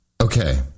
Okay